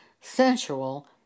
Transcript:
sensual